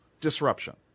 disruption